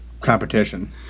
competition